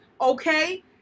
okay